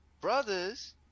brothers